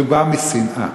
מדובר בשנאה.